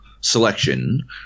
selection